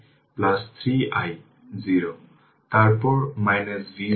সুতরাং মূলত এটি হবে 32 অ্যাম্পিয়ার